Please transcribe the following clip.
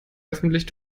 öffentlich